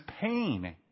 pain